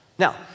Now